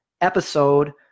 episode